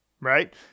right